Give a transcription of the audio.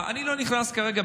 אני לא נכנס כרגע,